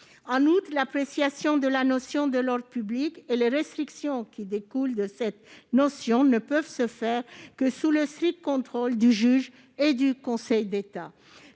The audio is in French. En outre, l'appréciation de la notion d'ordre public et les restrictions qui en découlent ne peuvent se faire que sous le strict contrôle du juge et du Conseil d'État.